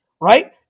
right